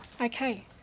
Okay